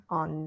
on